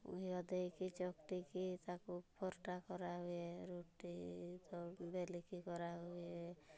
ଘିଅ ଦେଇକି ଚକଟିକି ତାକୁ ପରଟା କରା ହୁଏ ରୁଟି ତ ବେଲିକି କରା ହୁଏ